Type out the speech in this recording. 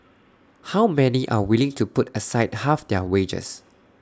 how many are willing to put aside half their wages